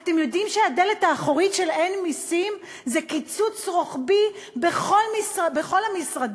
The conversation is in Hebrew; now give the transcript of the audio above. אתם יודעים שהדלת האחורית של "אין מסים" זה קיצוץ רוחבי בכל המשרדים?